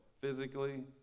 Physically